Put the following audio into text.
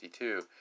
52